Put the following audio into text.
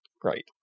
Great